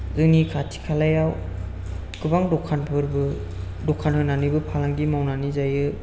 जोंनि खाथि खालायाव गोबां दखानफोरबो दखान होनानैबो फालांगि मावनानै जायो